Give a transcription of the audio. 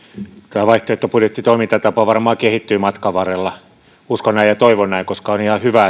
tämä vaihtoehtobudjettitoimintatapa varmaan kehittyy matkan varrella uskon näin ja toivon näin koska on ihan hyvä